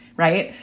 right.